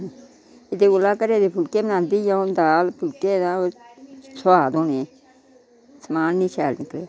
एह्दे कोला घरे दे फुल्के बनांदी अ'ऊं दाल फुल्के तां सुआद होने समान नी शैल निकलेआ